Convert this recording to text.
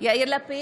יאיר לפיד,